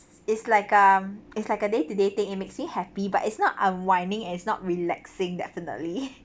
it's like um it's like a day to day thing it makes me happy but it's not unwinding as not relaxing definitely